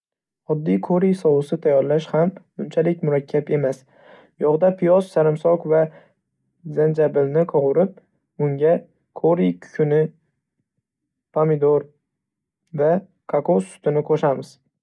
Oddiy kori sousi tayyorlash ham unchalik murakkab emas. Yog‘da piyoz, sarimsoq va zanjabilni qovurib, unga kori kukuni, pomidor va kokos sutini qo‘shamiz.